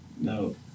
no